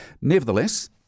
Nevertheless